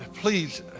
please